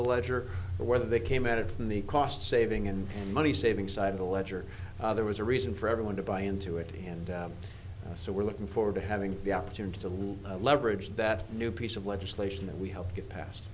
the ledger where they came at it from the cost saving and money saving side of the ledger there was a reason for everyone to buy into it and so we're looking forward to having the opportunity to little leverage that new piece of legislation that we helped get pas